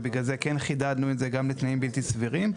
ובגלל זה כן חידדנו את זה גם לתנאים בלתי סבירים,